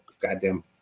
goddamn